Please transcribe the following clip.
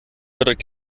fördert